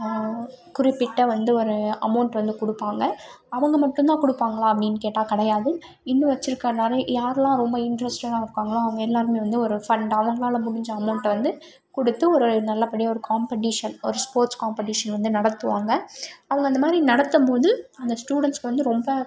குறிப்பிட்ட வந்து ஒரு அமௌண்ட் வந்து கொடுப்பாங்க அவங்க மட்டும் தான் கொடுப்பாங்களா அப்டின்னு கேட்டால் கிடையாது இன்னும் வச்சிருக்க நறை யார்லாம் ரொம்ப இன்ட்ரஸ்ட்டடாக இருக்காங்களோ அவங்க எல்லாரும் வந்து ஒரு ஃபண்ட் அவங்களாலே முடிஞ்ச அமௌண்ட்டை வந்து கொடுத்து ஒரு நல்லபடியா ஒரு காம்பட்டிஷன் ஒரு ஸ்போர்ட்ஸ் காம்பட்டிஷன் வந்து நடத்துவாங்க அவங்க அந்த மாதிரி நடத்தும் போது அந்த ஸ்டூடண்ட்ஸ்க்கு வந்து ரொம்ப